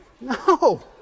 No